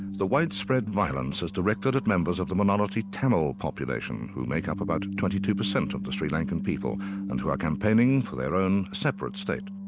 the widespread violence was directed at members of the minority tamil population who make up about twenty two percent of the sri lankan people and who are campaigning for their own separate state.